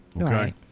Okay